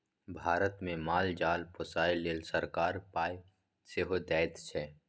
भारतमे माल जाल पोसय लेल सरकार पाय सेहो दैत छै